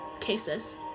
cases